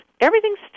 Everything's